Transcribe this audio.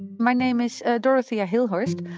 my name is dorothea hilhorst.